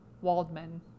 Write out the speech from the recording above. Waldman